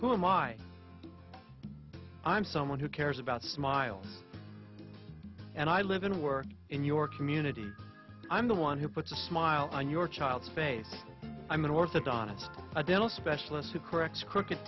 the i'm someone who cares about smile and i live and work in your community i'm the one who puts a smile on your child's face i'm an orthodontist a dental specialist who corrects c